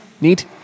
neat